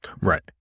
right